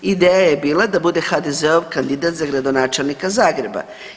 Ideja je bila da bude HDZ-ov kandidat za gradonačelnika Zagreba.